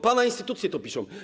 Pana instytucje to piszą.